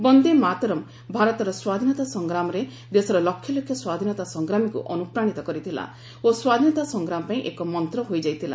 ବନ୍ଦେ ମାତରମ୍ ଭାରତର ସ୍ୱାଧୀନତା ସଂଗ୍ରାମରେ ଦେଶର ଲକ୍ଷ ଲକ୍ଷ ସ୍ୱାଧୀନତା ସଂଗ୍ରାମୀଙ୍କୁ ଅନୁପ୍ରାଣିତ କରିଥିଲା ଓ ସ୍ୱାଧୀନତା ସଂଗ୍ରାମ ପାଇଁ ଏକ ମନ୍ତ୍ର ହୋଇଯାଇଥିଲା